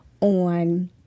on